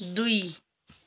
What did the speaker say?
दुई